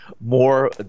more